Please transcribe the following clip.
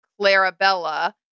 Clarabella